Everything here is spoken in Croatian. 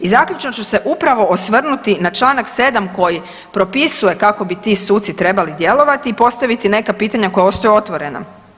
I zaključno ću se upravo osvrnuti na Članak 7. koji propisuje kako bi ti suci trebali djelovati i postaviti neka pitanja koja ostaju otvorena.